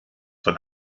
von